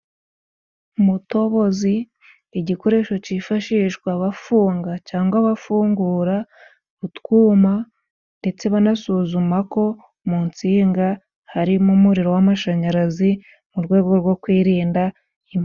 Mutobozi ni igikoresho cyifashishwa bafunga cangwa bafungura utwuma, ndetse banasuzuma ko mu nsinga harimo umuriro w' amashanyarazi, mu rwego rwo kwirinda impanuka.